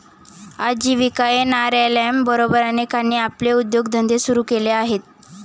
आजीविका एन.आर.एल.एम बरोबर अनेकांनी आपले उद्योगधंदे सुरू केले आहेत